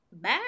Bye